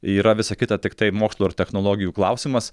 yra visa kita tiktai mokslo ir technologijų klausimas